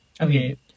Okay